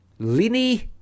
Lini